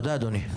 תודה, אדוני.